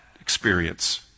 experience